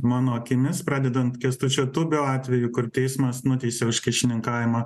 mano akimis pradedant kęstučio tubio atveju kur teismas nuteisė už kyšininkavimą